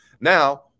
Now